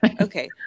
okay